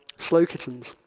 slow kittens.